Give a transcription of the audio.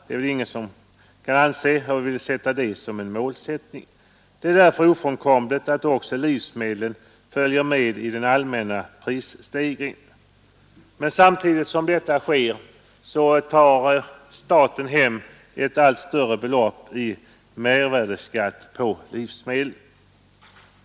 Det är väl ingen som kan ha en sådan målsättning. Det är därför ofrånkomligt att också livsmedlen följer med i den allmänna prisstegringen. Men samtidigt som detta sker tar staten hem allt större belopp i mervärdeskatt på livsmedel.